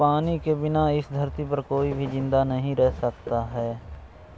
पानी के बिना इस धरती पर कोई भी जिंदा नहीं रह सकता है